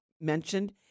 mentioned